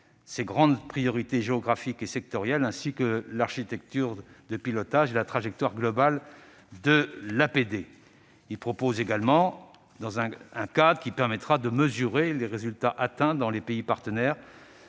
ses grandes priorités géographiques et sectorielles, ainsi que son architecture de pilotage et sa trajectoire globale. Il propose également un cadre qui permettra de mesurer les résultats atteints dans les pays partenaires